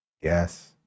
Yes